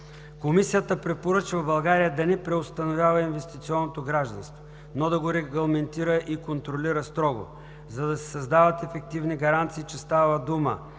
Комисията препоръчва България да не преустановява „инвестиционното гражданство“, но да го регламентира и контролира строго, за да се създадат ефективни гаранции, че става дума